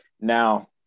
Now